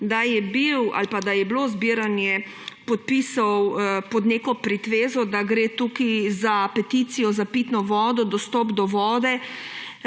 samo povedati, da je bilo zbiranje podpisov pod neko pretvezo, da gre tukaj za peticijo za pitno vodo, dostop do vode,